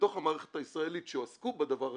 המערכת הישראלית שעסקו בדבר הזה,